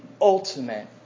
ultimate